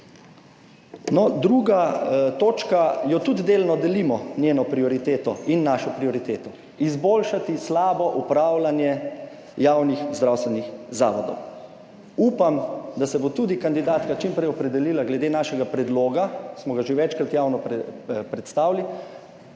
2. točka, jo tudi delno delimo, njeno prioriteto in našo, prioriteto izboljšati slabo upravljanje javnih zdravstvenih zavodov. Upam, da se bo tudi kandidatka čim prej opredelila glede našega predloga, ki smo ga že večkrat javno predstavili,